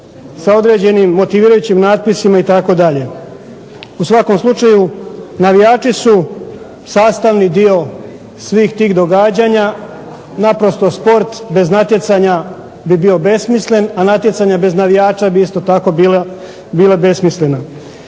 U svakom slučaju, navijači su sastavni dio svih tih događanja. Naprosto sport bez natjecanja bi bio besmislen, a natjecanje bez navijača bi isto tako bilo besmisleno.